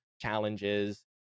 challenges